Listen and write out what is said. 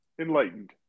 enlightened